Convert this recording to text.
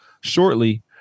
shortly